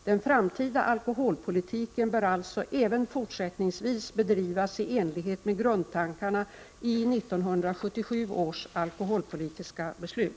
Den framtida alkoholpolitiken bör alltså även fortsättningsvis bedrivas i enlighet med grundtankarna i 1977 års alkoholpolitiska beslut.